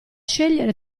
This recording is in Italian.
scegliere